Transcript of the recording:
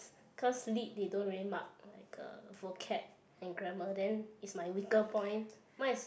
cause lit they don't really mark like uh vocab and grammar then is my weaker point mine is